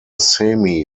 semi